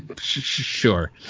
Sure